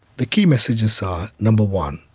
the key messages are, number one,